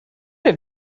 have